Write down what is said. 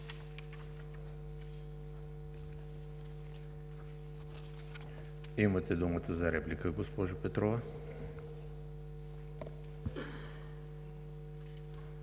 Имате думата за реплика, госпожо Найденова.